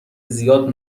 زیاد